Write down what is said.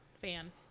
Fan